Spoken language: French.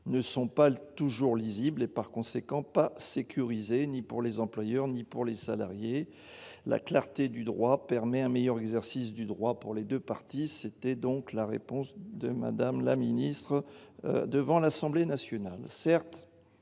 ne sont pas l'toujours lisibles et par conséquent pas sécurisé, ni pour les employeurs, ni pour les salariés, la clarté du droit permet un meilleur exercice du droit pour les 2 parties s'étaient donc la réponse de Madame la ministre devant l'Assemblée nationale,